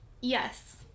Yes